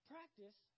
Practice